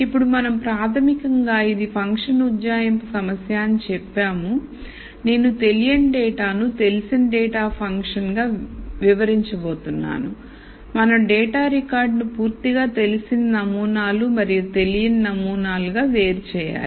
ఇప్పుడు మనం ప్రాథమికంగా ఇది ఫంక్షన్ ఉజ్జాయింపు సమస్య అని చెప్పాము నేను తెలియని డేటాను తెలిసిన డేటా ఫంక్షన్ గా వివరించబోతున్నాను మనం డేటా రికార్డును పూర్తిగా తెలిసిన నమూనాలు మరియు తెలియని నమూనాలుగా వేరు చేయాలి